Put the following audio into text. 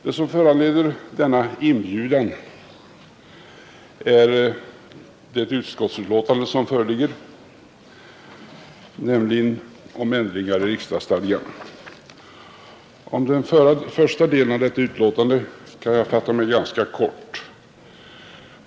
Det som föranleder denna inbjudan är det utskottsbetänkande om ändringar i riksdagsstadgan som nu föreligger. Om den första delen av detta utlåtande kan jag fatta mig ganska kort.